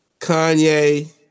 Kanye